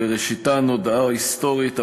ובראשיתן הודעה היסטורית.